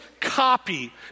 copy